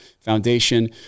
foundation